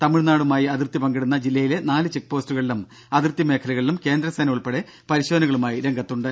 തമിഴ്നാടുമായി അതിർത്തി പങ്കിടുന്ന ജില്ലയിലെ നാല് ചെക്പോസ്റ്റുകളിലും അതിർത്തി മേഖലകളിലും കേന്ദ്രസേന ഉൾപ്പെടെ പരിശോധനകളുമായി രംഗത്തുണ്ട്